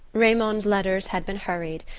raymond's letters had been hurried,